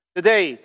Today